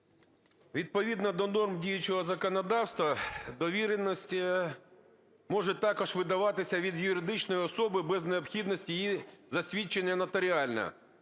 Відповідно до норм діючого законодавства довіреності можуть також видаватися від юридичної особи без необхідності їх засвідчення нотаріально.